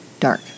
Dark